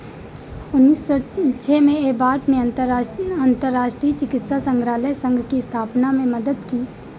उन्नीस सौ छः में एबॉट ने अन्तर्राष्ट्रीय न अन्तर्राष्ट्रीय चिकित्सा संग्रहालय संघ की स्थापना में मदद की